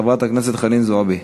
של חברת כנסת חנין זועבי.